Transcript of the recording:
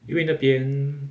因为那边